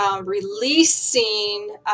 Releasing